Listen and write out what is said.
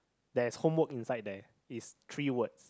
there's homework inside there is three words